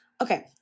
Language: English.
Okay